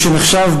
מי שנחשב,